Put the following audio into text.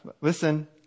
listen